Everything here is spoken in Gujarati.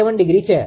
87° છે